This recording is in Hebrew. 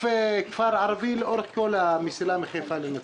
כפר ערבי לאורך כל המסילה מחיפה לנצרת.